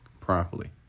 properly